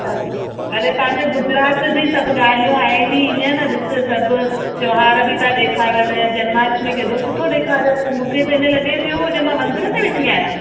अ अरे पंहिंजे गुजरात जी सभु ॻाल्हियूं आहिनि ईअं न ॾिसु सभु त्योहार बि था ॾेखारन जन्माष्टमी केॾो सुठो ॾेखारियो हूं मूंखे त ईन लॻे पियो ॼणु मां मंदिर में वेठी आहियां